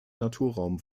naturraum